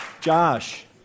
Josh